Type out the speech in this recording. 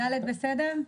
ד' בסדר?